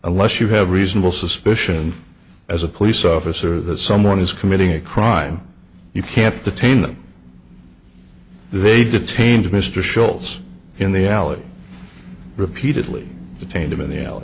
unless you have reasonable suspicion as a police officer that someone is committing a crime you can't detain them they detained mr sholes in the alley repeatedly detained him in